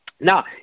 Now